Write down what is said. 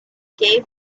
gay